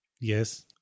Yes